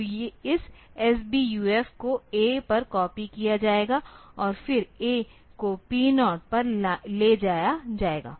तो इस SBUF को A पर कॉपी किया जाएगा और फिर A को P0 पर ले जाया जाएगा